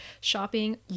shopping